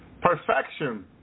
perfection